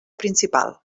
principal